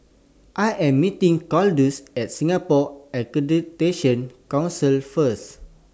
I Am meeting Claudius At Singapore Accreditation Council First